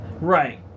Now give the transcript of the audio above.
Right